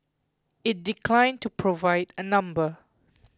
it declined to provide a number